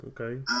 Okay